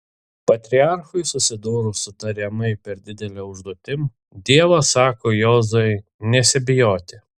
patriarchui susidūrus su tariamai per didele užduotim dievas sako jozuei nesibijoti